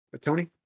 Tony